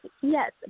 Yes